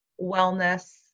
wellness